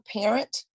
parent